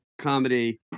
comedy